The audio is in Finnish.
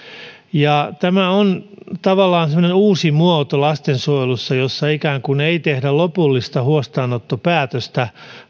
tämä on tavallaan semmoinen uusi muoto lastensuojelussa jossa ei tehdä lopullista huostaanottopäätöstä